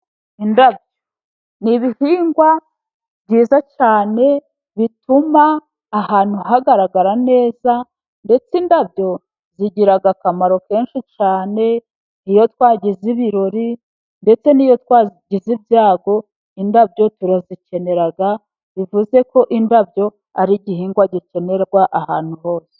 Indabyo ni ibihingwa byiza cyane bituma ahantu hagaragarara neza, ndetse indabyo zigira akamaro kenshi cyane. Iyo twagize ibirori, ndetse n'iyo twagize ibyago indabyo turazikenera. Bivuze ko indabyo ari igihingwa gikenerwa ahantu hose.